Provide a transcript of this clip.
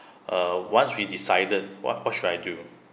err once we decided what what should I do